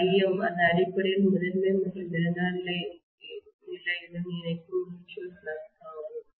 ∅m அது அடிப்படையில் முதன்மை மற்றும் இரண்டாம் நிலை இரண்டையும் இணைக்கும் மீட்சுவல் ஃப்ளக்ஸ் ஆகும்